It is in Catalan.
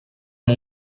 amb